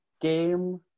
game